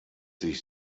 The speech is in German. sich